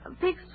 big